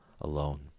alone